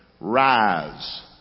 Rise